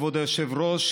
כבוד היושב-ראש,